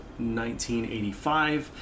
1985